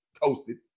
toasted